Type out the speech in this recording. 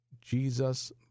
Jesus